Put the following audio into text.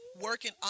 working